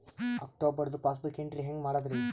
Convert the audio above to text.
ಅಕ್ಟೋಬರ್ದು passbook entry ಹೆಂಗ್ ಮಾಡದ್ರಿ?